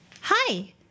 Hi